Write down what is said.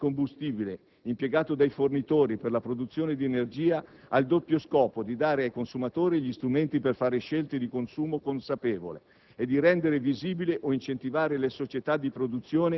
L'obbligo di diffusione delle informazioni relative al *mix* di combustibile impiegato dai fornitori per la produzione di energia ha il doppio scopo di dare ai consumatori gli strumenti per fare scelte di consumo consapevole